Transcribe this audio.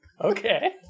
Okay